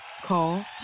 Call